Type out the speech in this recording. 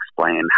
explain